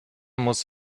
muss